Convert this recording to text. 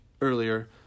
earlier